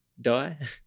die